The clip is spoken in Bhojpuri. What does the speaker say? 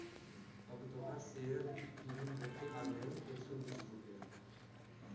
अब तोहार सेअर की कीमत घट के आ गएल एक सौ बीस रुपइया